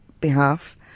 behalf